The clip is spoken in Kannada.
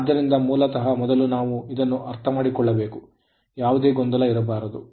ಆದ್ದರಿಂದ ಮೂಲತಃ ಮೊದಲು ನಾವು ಇದನ್ನು ಅರ್ಥಮಾಡಿಕೊಳ್ಳಬೇಕು ಯಾವುದೇ ಗೊಂದಲ ಇರಬಾರದು